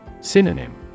Synonym